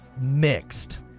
mixed